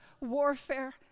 warfare